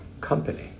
Company